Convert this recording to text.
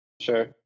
Sure